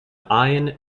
iron